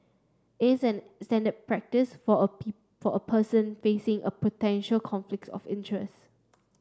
isn't the standard practice for a people for a person facing a potential conflict of interest